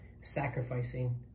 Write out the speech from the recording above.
sacrificing